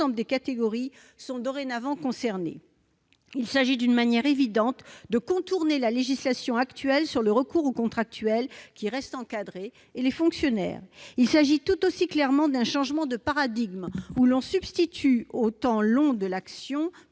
des catégories sont dorénavant concernées. Il s'agit d'une manière évidente de contourner la législation actuelle sur le recours aux contractuels, qui reste encadré, et les fonctionnaires. Il s'agit tout aussi clairement d'un changement de paradigme, substituant au temps long de l'action